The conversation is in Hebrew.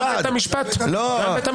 גם בית המשפט --- לא.